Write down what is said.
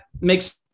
makes